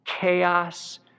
chaos